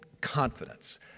confidence